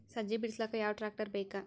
ಸಜ್ಜಿ ಬಿಡಿಸಿಲಕ ಯಾವ ಟ್ರಾಕ್ಟರ್ ಬೇಕ?